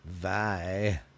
Bye